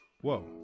whoa